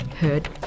heard